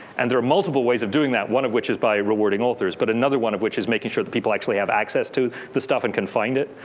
and there are multiple ways of doing that. one of which is by rewarding authors. but another one of which is making sure that people actually have access to the stuff and can find it.